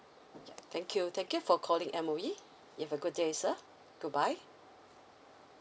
ya thank you thank you for calling M_O_E you have a good day sir goodbye